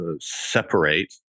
separate